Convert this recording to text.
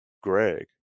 Greg